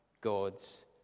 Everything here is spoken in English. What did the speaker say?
God's